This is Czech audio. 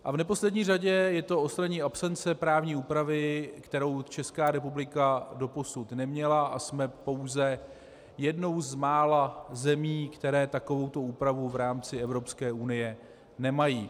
A v neposlední řadě je to odstranění absence právní úpravy, kterou Česká republika doposud neměla, a jsme pouze jednou z mála zemí, které takovouto úpravu v rámci Evropské unie nemají.